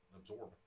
absorb